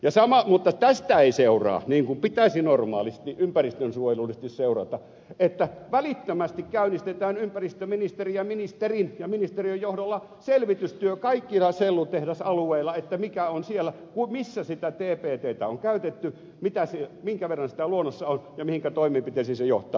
mutta tästä ei seuraa niin kuin pitäisi normaalisti ympäristönsuojelullisesti seurata että välittömästi käynnistetään kaikilla sellutehdasalueilla ympäristöministerin ja ministeriön johdolla selvitystyökaikilla sellutehdasalueilla että mikä on selvitystyö missä sitä tbttä on käytetty minkä verran sitä luonnossa on ja mihinkä toimenpiteisiin se johtaa